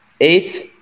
Eighth